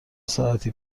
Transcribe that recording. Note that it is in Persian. ساعتی